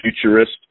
futurist